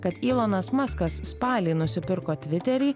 kad ilonas maskas spalį nusipirko tviterį